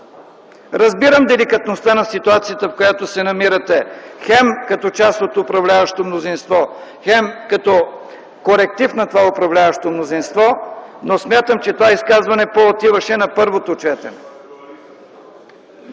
Разбирам деликатността на ситуацията, в която се намирате – хем като част от управляващото мнозинство, хем като коректив на това мнозинство. Смятам обаче, че това изказване отиваше повече на първо четене.